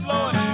Lord